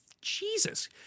Jesus